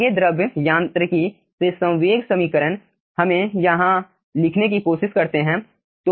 आगे द्रव यांत्रिकी से संवेग समीकरण हमें यहां लिखने की कोशिश करते हैं